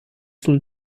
sul